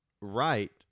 right